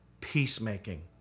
peacemaking